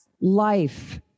Life